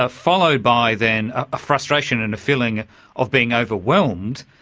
ah followed by then a frustration and a feeling of being overwhelmed,